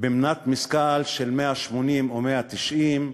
במנת משכל של 180 או 190,